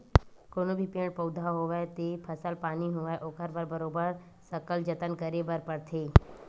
कोनो भी पेड़ पउधा होवय ते फसल पानी होवय ओखर बर बरोबर सकल जतन करे बर परथे